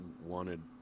wanted